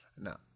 no